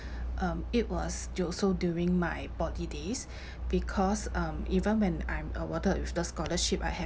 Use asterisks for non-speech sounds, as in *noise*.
um it was also during my poly days *breath* because um even when I'm awarded with the scholarship I have